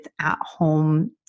at-home